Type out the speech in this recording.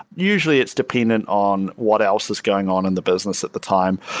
usually, it's dependent on what else is going on in the business at the time.